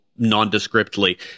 nondescriptly